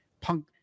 punk